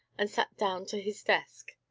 and sat down to his desk.